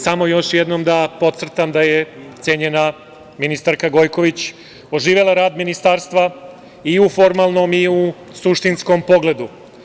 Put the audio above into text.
Samo još jednom da potcrtam da je cenjena ministarka Gojković oživela rad Ministarstva i u formalnom i u suštinskom pogledu.